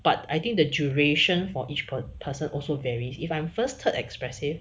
but I think the duration for each per person also varies if I'm first third expressive